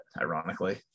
ironically